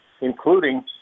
including